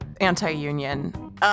anti-union